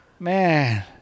man